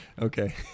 Okay